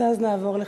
ואז נעבור לחד"ש.